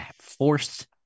forced